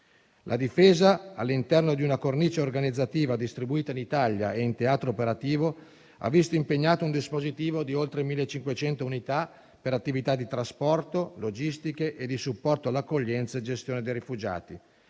La Difesa, all'interno di una cornice organizzativa distribuita in Italia e in teatro operativo, ha visto impegnato un dispositivo di oltre 1.500 unità per attività di trasporto, logistiche e di supporto all'accoglienza e gestione dei rifugiati